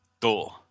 door